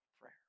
prayer